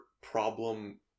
problem